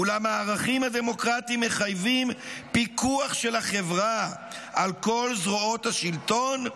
אולם הערכים הדמוקרטים מחייבים פיקוח של החברה על כל זרועות השלטון,